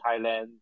Thailand